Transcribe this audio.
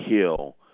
Hill